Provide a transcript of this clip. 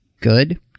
good